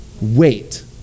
Wait